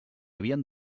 havien